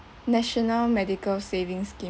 national medical savings scheme